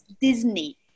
Disney